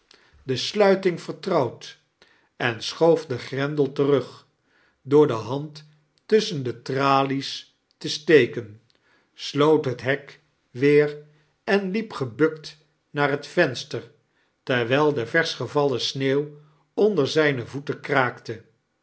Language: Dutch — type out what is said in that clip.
de sluiting vertrouwd en schoof den grendel terug door de hand tusschen de tralies te steken sloot het hek weer ein mep gebukt naar het venster terwijl de versch gevallen sneeuw onder zijne voeten kraakte